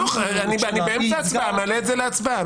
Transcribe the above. חנוך, אני באמצע הצבעה, מעלה את זה להצבעה.